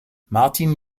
martin